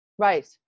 Right